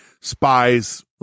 spies